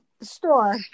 store